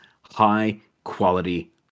High-quality